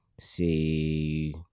see